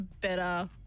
better